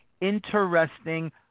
interesting